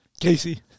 Casey